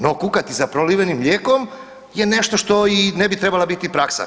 No kukati za prolivenim mlijekom je nešto što i ne bi trebala biti praksa.